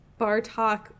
Bartok